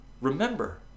Remember